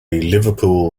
liverpool